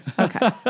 okay